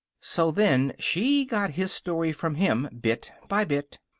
so then she got his story from him bit by bit.